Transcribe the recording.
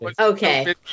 Okay